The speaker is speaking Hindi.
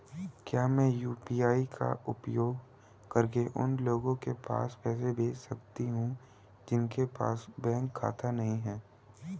क्या मैं यू.पी.आई का उपयोग करके उन लोगों के पास पैसे भेज सकती हूँ जिनके पास बैंक खाता नहीं है?